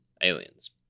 aliens